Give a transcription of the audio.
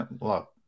look